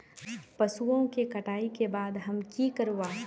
पशुओं के कटाई के बाद हम की करवा?